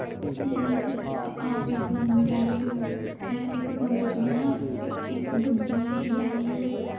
like आप एक room में बैठे हो हैं इक कमरे च बौह्ना ते इक बड्डी ब्हारी होऐ